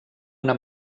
una